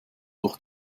durch